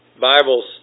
Bibles